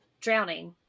drowning